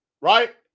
Right